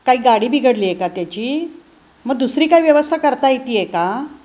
काही गाडी बिघडली आहे का त्याची मग दुसरी काय व्यवस्था करता येते आहे का